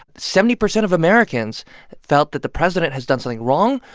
seventy percent of americans felt that the president has done something wrong.